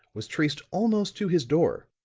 was traced almost to his door.